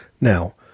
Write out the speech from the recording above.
Now